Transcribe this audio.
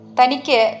tanike